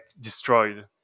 destroyed